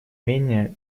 менее